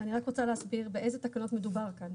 אני רק רוצה להסביר באיזה תקנות מדובר כאן,